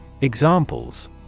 Examples